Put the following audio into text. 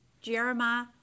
Jeremiah